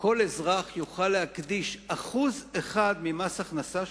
כל אזרח יוכל להקדיש 1% ממס הכנסה שלו,